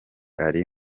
ari